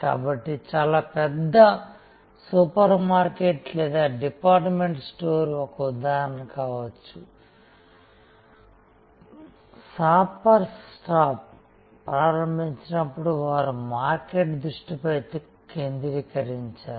కాబట్టి చాలా పెద్ద సూపర్మార్కెట్ లేదా డిపార్ట్మెంట్ స్టోర్ ఒక ఉదాహరణ కావచ్చు షాపర్స్ స్టాప్ ప్రారంభించినప్పుడు వారు మార్కెట్ దృష్టి పై కేంద్రీకరించారు